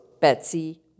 Betsy